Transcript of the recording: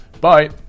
Bye